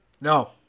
No